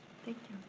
thank you.